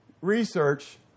research